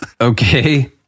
okay